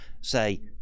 say